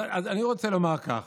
אז אני רוצה לומר כך: